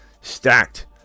stacked